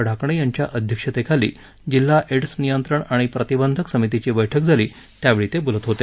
ढाकणे यांच्या अध्यक्षतेखाली जिल्हा एड्स नियंत्रण आणि प्रतिबंधक समितीची बैठक झाली यावेळी ते बोलत होते